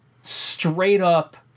straight-up